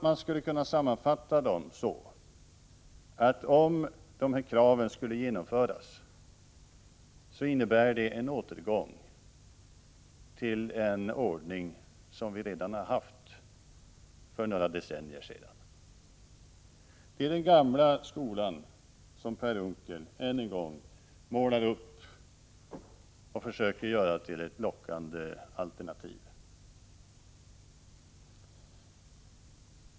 Man skulle kunna sammanfatta dem så att om dessa krav skulle genomföras skulle det innebära en återgång till en ordning som vi hade för några decennier sedan, till den gamla skolan som Per Unckel än en gång målar upp och försöker göra till ett lockande alternativ.